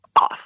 off